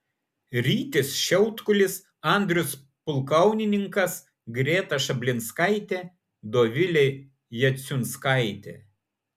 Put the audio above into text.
rytis šiautkulis andrius pulkauninkas greta šablinskaitė dovilė jaciunskaitė